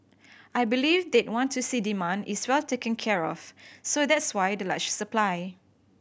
I believe they'd want to see demand is well taken care of so that's why the large supply